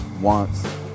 wants